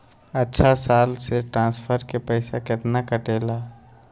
अछा साल मे ट्रांसफर के पैसा केतना कटेला?